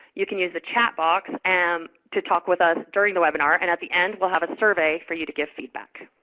you can use the chat box and to talk with us during the webinar. and at the end, we'll have a survey for you to give feedback.